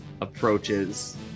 approaches